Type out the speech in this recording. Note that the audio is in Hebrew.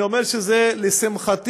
אני אומר שזה לשמחתי,